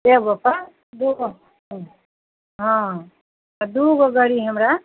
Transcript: एगो पर दू गो हँ तऽ दूगो गड़ी हमरा